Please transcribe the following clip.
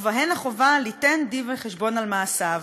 ובהן החובה ליתן דין-וחשבון על מעשיו,